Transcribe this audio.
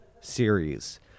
series